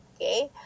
Okay